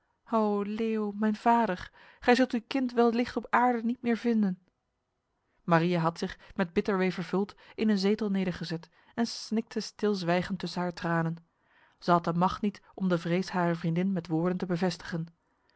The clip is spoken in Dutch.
o leeuw mijn vader gij zult uw kind wellicht op aarde niet meer vinden maria had zich met bitter wee vervuld in een zetel nedergezet en snikte stilzwijgend tussen haar tranen zij had de macht niet om de vrees harer vriendin met woorden te bevestigen